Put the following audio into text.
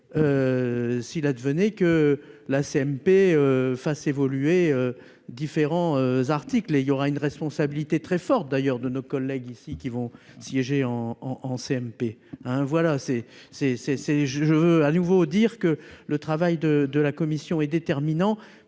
S'il advenait que la CMP fasse évoluer différents articles et il y aura une responsabilité très forte d'ailleurs de nos collègues ici qui vont siéger en en CMP hein voilà c'est c'est c'est c'est je veux à nouveau dire que le travail de de la commission est déterminant